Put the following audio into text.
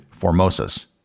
Formosus